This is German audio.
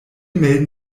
melden